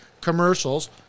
commercials